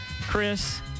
Chris